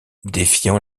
défiant